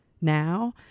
now